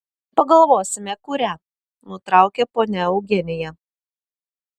pagalvosime kurią nutraukė ponia eugenija